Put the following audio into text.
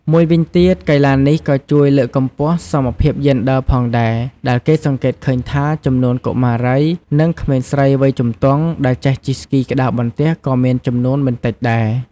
មួយវិញទៀត កីឡានេះក៏ជួយលើកកម្ពស់សមភាពយេនឌ័រផងដែរ ដែលគេសង្កេតឃើញថា ចំនួនកុមារី និងក្មេងស្រីវ័យជំទង់ដែលចេះជិះស្គីក្ដារបន្ទះក៏មានចំនួនមិនតិចដែរ។